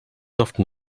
often